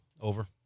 over